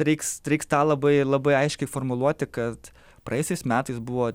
reiks treiks tą labai labai aiškiai formuluoti kad praėjusiais metais buvo